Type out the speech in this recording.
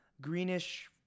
greenish-